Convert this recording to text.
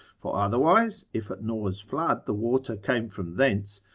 for otherwise, if at noah's flood the water came from thence,